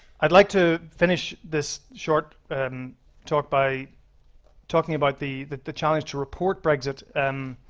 i'd like to finish this short talk by talking about the the challenge to report brexit. and